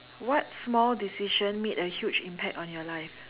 what small decision made a huge impact on your life